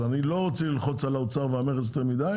אז אני לא רוצה ללחוץ על האוצר והמכס יותר מידי